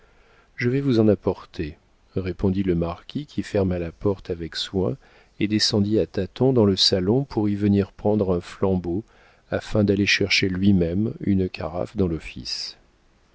je vais vous en apporter répondit le marquis qui ferma la porte avec soin et descendit à tâtons dans le salon pour y venir prendre un flambeau afin d'aller chercher lui-même une carafe dans l'office